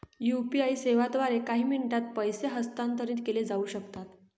UPI सेवांद्वारे काही मिनिटांत पैसे हस्तांतरित केले जाऊ शकतात